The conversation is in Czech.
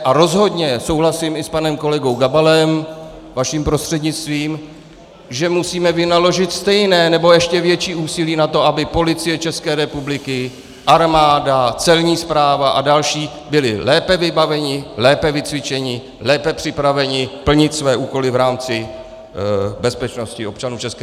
A rozhodně souhlasím i s panem kolegou Gabalem vaším prostřednictvím, že musíme vynaložit stejné, nebo ještě větší úsilí na to, aby Policie ČR, armáda, Celní správa a další byly lépe vybaveny, lépe vycvičeny, lépe připraveny plnit své úkoly v rámci bezpečnosti občanů ČR.